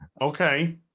Okay